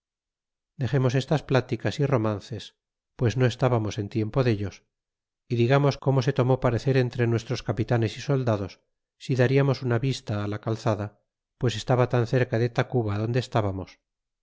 dexemos estas pláticas y romances pues no estábamos en tiempo dellos y digamos como se tomó parecer entre nuestros capitanes y soldados si dariamos una vista á la calzada pues estaba tan cerca de tacuba donde estábamos